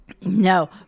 No